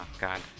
god